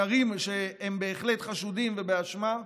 מראים שהם בהחלט חשודים ובאשמה.